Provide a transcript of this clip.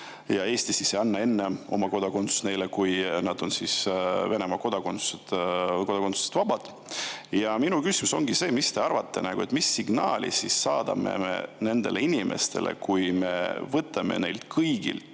Eesti ei anna neile oma kodakondsust enne, kui nad on Venemaa kodakondsusest vabad. Ja minu küsimus ongi see: mis te arvate, mis signaali me saadame nendele inimestele, kui me võtame kõigilt